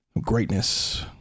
greatness